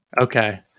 Okay